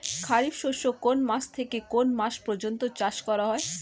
খারিফ শস্য কোন মাস থেকে কোন মাস পর্যন্ত চাষ করা হয়?